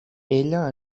ella